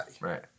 Right